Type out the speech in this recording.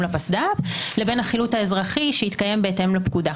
לפסד"פ לבין החילוט האזרחי שהתקיים בהתאם לפקודה.